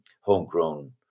homegrown